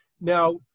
Now